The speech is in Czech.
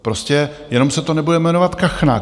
Prostě jenom se to nebude jmenovat kachna.